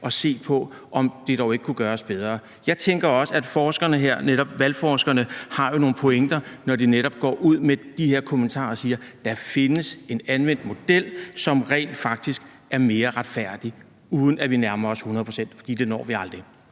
og se på, om det dog ikke kunne gøres bedre? Jeg tænker også, at valgforskerne her jo har nogle pointer, når de netop går ud med de her kommentarer og siger, at der findes en anvendt model, som rent faktisk er mere retfærdig, uden at vi nu nærmer os hundrede procent, for det når vi aldrig.